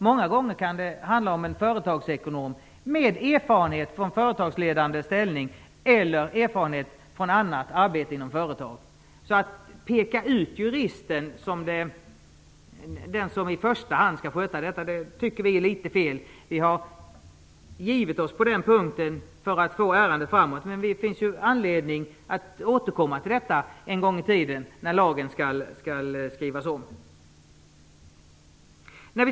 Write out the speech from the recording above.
Många gånger kan det handla om en företagsekonom med erfarenhet från företagsledande ställning eller erfarenhet från annat arbete inom företag. Att peka ut juristen som den som i första hand skall sköta det tycker vi är litet fel. Vi har givit oss på den punkten för att få ärendet framåt. Men det finns anledning att återkomma till detta när lagen någon gång i framtiden skall skrivas om.